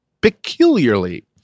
peculiarly